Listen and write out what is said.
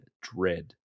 dread